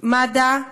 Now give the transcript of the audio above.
מד"א,